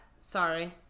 Sorry